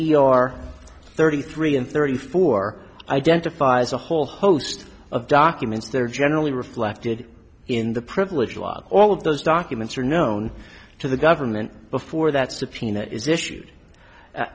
r thirty three and thirty four identifies a whole host of documents that are generally reflected in the privilege while all of those documents are known to the government before that subpoena is